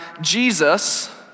Jesus